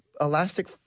elastic